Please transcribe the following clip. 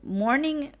morning